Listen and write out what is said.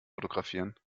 fotografieren